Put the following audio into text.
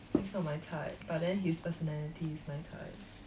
he's not my type but then his personality is my type